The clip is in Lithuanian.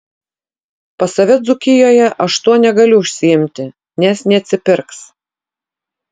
pas save dzūkijoje aš tuo negaliu užsiimti nes neatsipirks